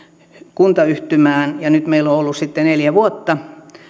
kuntayhtymään ja nyt meillä on on ollut sitten neljä vuotta